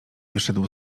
wyszedł